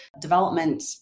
development